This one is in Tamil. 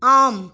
ஆம்